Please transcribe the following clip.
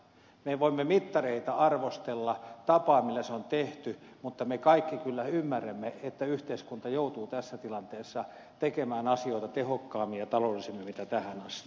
me voimme mittareita arvostella tapaa millä se on tehty mutta me kaikki kyllä ymmärrämme että yhteiskunta joutuu tässä tilanteessa tekemään asioita tehokkaammin ja taloudellisemmin kuin tähän asti